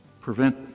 prevent